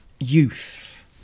Youth